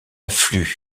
affluent